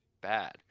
bad